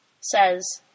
says